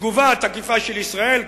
תגובה תקיפה של ישראל,